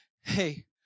hey